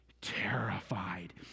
terrified